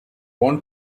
want